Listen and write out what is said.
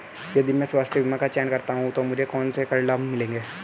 यदि मैं स्वास्थ्य बीमा का चयन करता हूँ तो मुझे कौन से कर लाभ मिलेंगे?